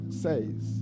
says